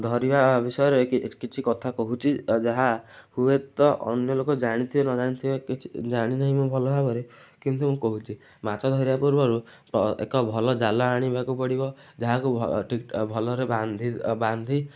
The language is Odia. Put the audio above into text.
ଧରିବା ବିଷୟରେ କିଛି କଥା କହୁଛି ଯାହା ହୁଏତ ଅନ୍ୟ ଲୋକ ଜାଣିଥିବେ ନ ଜାଣିଥିବେ କିଛି ଜାଣିନାହିଁ ମୁଁ ଭଲ ଭାବରେ କିନ୍ତୁ ମୁଁ କହୁଛି ମାଛ ଧରିବା ପୂର୍ବରୁ ଏକ ଭଲ ଜାଲ ଆଣିବାକୁ ପଡ଼ିବ ଯାହାକୁ ଭଲରେ ବାନ୍ଧି